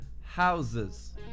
houses